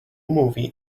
movie